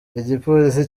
igipolisi